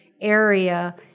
area